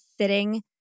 sitting